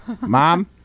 Mom